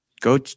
Go